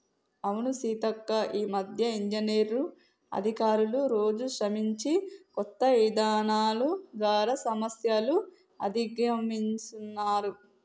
అవును సీతక్క ఈ మధ్య ఇంజనీర్లు అధికారులు రోజు శ్రమించి కొత్త ఇధానాలు ద్వారా సమస్యలు అధిగమిస్తున్నారు